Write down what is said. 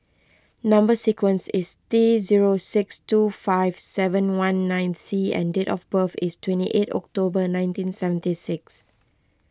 Number Sequence is T zero six two five seven one nine C and date of birth is twenty eight October nineteen seventy six